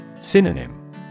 Synonym